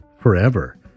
forever